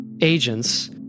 agents